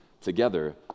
together